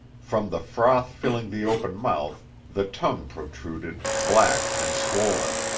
from the froth filling the open mouth the tongue protruded, black and swollen.